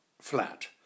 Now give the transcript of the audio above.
flat